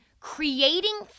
creating